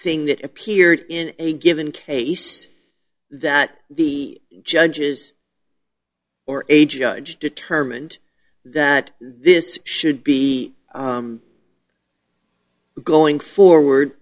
thing that appeared in a given case that the judges or a judge determined that this should be going forward